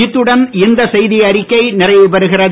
இத்துடன் இந்த செய்திஅறிக்கை நிறைவுபெறுகிறது